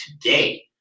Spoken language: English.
today